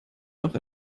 noch